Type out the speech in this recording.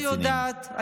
אני לא יודעת.